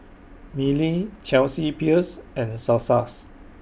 Mili Chelsea Peers and Sasa's